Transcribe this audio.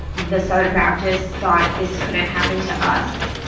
the southern baptists thought this couldn't happen to us.